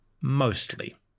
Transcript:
Mostly